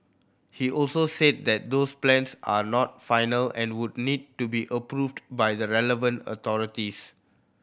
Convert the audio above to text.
he also said that those plans are not final and would need to be approved by the relevant authorities